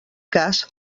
cas